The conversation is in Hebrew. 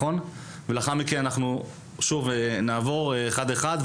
ולאחר מכן נעבור אחד-אחד.